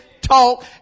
talk